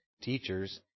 teachers